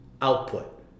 output